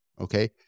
Okay